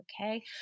okay